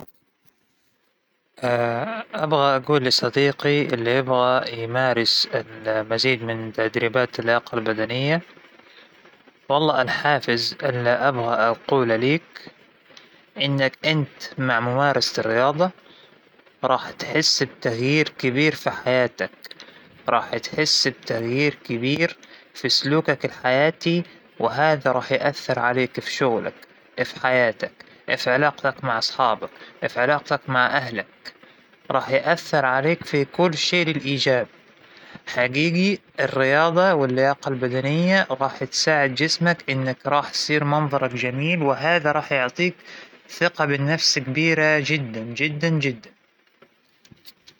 أول شيء راح أذكره بالنصيحة اللى كانوا يحكونها ونحن صغار، إنه العقل السليم في الجسم السليم ،وكيف بيكون جسمك سليم، إنه تاكل أكل صحي تشرب ماى كثير، بعد لازم تلعب رياضة سواء إنك بتروح الجيم، أو حتى لو إنها تمشاية بس لين السوق وبترجع، أهم شيء تلعب رياضة.